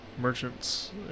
merchants